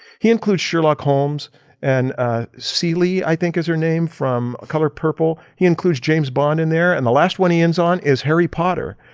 he includes sherlock holmes and sealy, i think is her name from a color purple, he includes james bond in there and the last one he ends on is harry potter.